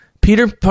Peter